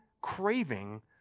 craving